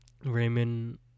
Raymond